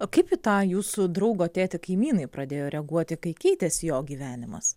o kaip į tą jūsų draugo tėtį kaimynai pradėjo reaguoti kai keitėsi jo gyvenimas